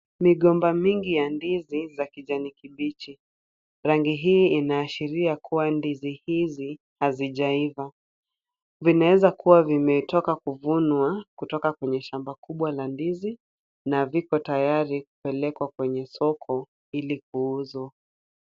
Migomba mingi ya ndizi za kijani kibichi. Rangi hii inaashiria kuwa ndizi hizi hazijaiva. Vinaweza kuwa vimetoka kuvunwa kutoka kwenye shamba kubwa ya ndizi na viko tayari kupelekwa kwenye soko ili kuuzwa.